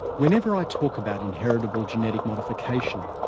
whenever i talk about inheritable gene and modification,